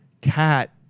cat